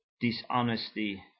Dishonesty